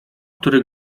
który